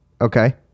Okay